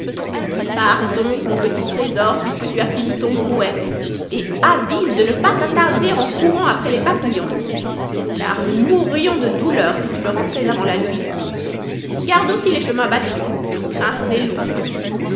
para donc mou petit trésor puisque tu as fini ton brouet et avise de no pas t'attarder on courant après les papillons car nous mourr ons de douleur si tu no rentrais avant la nuit garde aussi les chemins battus crainte des loups